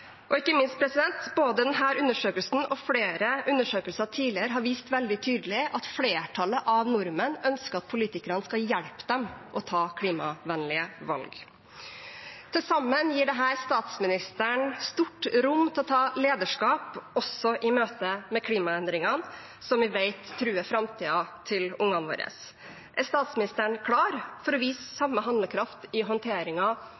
Og ikke minst: Både denne undersøkelsen og flere tidligere undersøkelser har vist veldig tydelig at flertallet av nordmenn ønsker at politikerne skal hjelpe dem med å ta klimavennlige valg. Til sammen gir dette statsministeren stort rom til å ta lederskap, også i møte med klimaendringene, som vi vet truer framtiden til barna våre. Er statsministeren klar til å vise